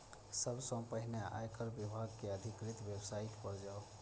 सबसं पहिने आयकर विभाग के अधिकृत वेबसाइट पर जाउ